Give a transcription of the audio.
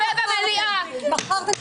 מכרת את